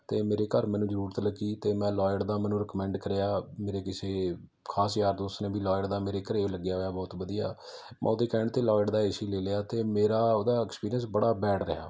ਅਤੇ ਮੇਰੇ ਘਰ ਮੈਨੂੰ ਜ਼ਰੂਰਤ ਲੱਗੀ ਅਤੇ ਮੈਂ ਲੋਇਡ ਦਾ ਮੈਨੂੰ ਰਿਕਮੈਂਡ ਕਰਿਆ ਮੇਰੇ ਕਿਸੇ ਖਾਸ ਯਾਰ ਦੋਸਤ ਨੇ ਵੀ ਲੋਇਡ ਦਾ ਮੇਰੇ ਘਰ ਲੱਗਿਆ ਹੋਇਆ ਬਹੁਤ ਵਧੀਆ ਮੈਂ ਉਹਦੇ ਕਹਿਣ 'ਤੇ ਲੋਇਡ ਦਾ ਏ ਸੀ ਲੈ ਲਿਆ ਅਤੇ ਮੇਰਾ ਉਹਦਾ ਐਕਸਪੀਰੀਅੰਸ ਬੜਾ ਬੈਡ ਰਿਹਾ